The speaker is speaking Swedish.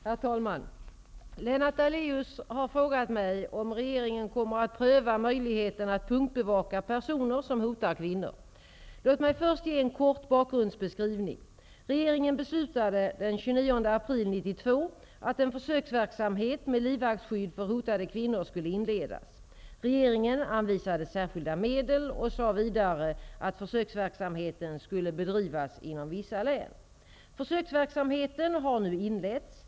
Herr talman! Lennart Daléus har frågat mig om regeringen kommer att pröva möjligheten att punktbevaka personer som hotar kvinnor. Låt mig först ge en kort bakgrundsbeskrivning. Regeringen beslutade den 29 april 1992 att en försöksverksamhet med livvaktsskydd för hotade kvinnor skulle inledas. Regeringen anvisade särskilda medel och sade vidare att försöksverksamheten skulle bedrivas inom vissa län. Försöksverksamheten har nu inletts.